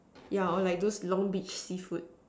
yeah or like those long beach seafood